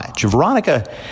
Veronica